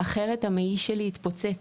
אחרת המעי שלי יתפוצץ,